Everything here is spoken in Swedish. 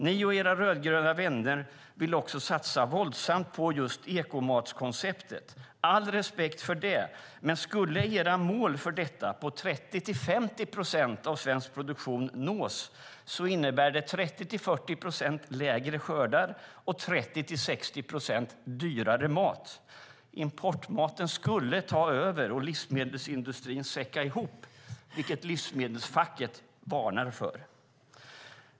Ni och era rödgröna vänner vill också satsa våldsamt på just ekomatskonceptet. Jag har all respekt för det, men om era mål för detta på 30-50 procent av svensk produktion skulle nås innebär det 30-40 procent mindre skördar och 30-60 procent dyrare mat. Importmaten skulle ta över och livsmedelsindustrin säcka ihop, vilket livsmedelsfacket varnar för.